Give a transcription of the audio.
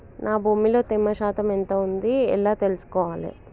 నా భూమి లో తేమ శాతం ఎంత ఉంది ఎలా తెలుసుకోవాలే?